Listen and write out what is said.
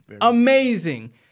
Amazing